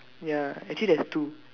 ya actually there's two